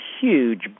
huge